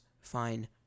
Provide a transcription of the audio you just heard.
fine